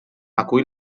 acull